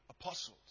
apostles